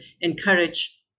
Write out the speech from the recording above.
encourage